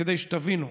כדי שתבינו.